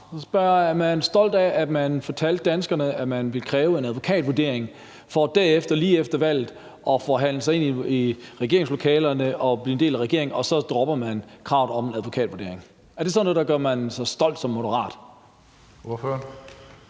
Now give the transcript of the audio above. Er man stolt af, at man fortalte danskerne, at man ville kræve en advokatvurdering, for derefter lige efter valget at forhandle sig ind i regeringlokalerne og blive en del af regeringen – og så droppe kravet om advokatvurdering? Er det sådan noget, der gør, at man føler sig stolt som moderat?